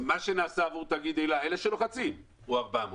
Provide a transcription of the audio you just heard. מה שנעשה עבור תאגיד אל"ה אלה שלוחצים הוא 400 מיליון.